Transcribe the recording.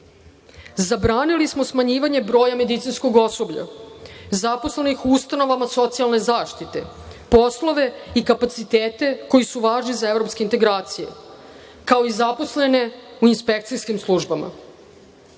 države. Zabranili smo smanjivanje broja medicinskog osoblja, zaposlenih u ustanovama socijalne zaštite, poslove i kapacitete koji su važni za evropske integracije, kao i zaposlene u inspekcijskim službama. Danas